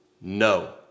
no